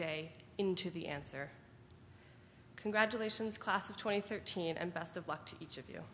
day into the answer congratulations class of twenty thirteen and best of luck to each of you